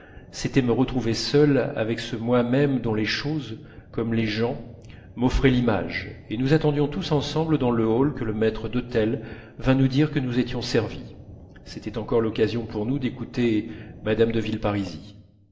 c'était me retrouver seul avec ce moi-même dont les choses comme les gens m'offraient l'image et nous attendions tous ensemble dans le hall que le maître d'hôtel vînt nous dire que nous étions servis c'était encore l'occasion pour nous d'écouter mme